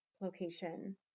location